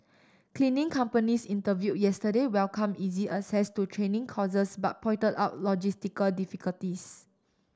cleaning companies interviewed yesterday welcomed easy access to training courses but pointed out logistical difficulties